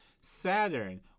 Saturn